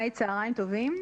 צוהריים טובים.